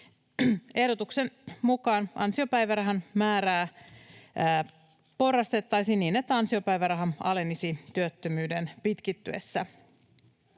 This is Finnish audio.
Ehdotuksen mukaan ansiopäivärahan määrää porrastettaisiin niin, että ansiopäiväraha alenisi työttömyyden pitkittyessä.